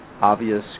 obvious